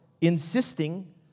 insisting